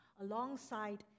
alongside